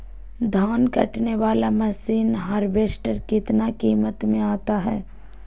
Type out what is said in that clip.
धान कटने बाला मसीन हार्बेस्टार कितना किमत में आता है?